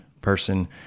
person